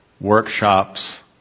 workshops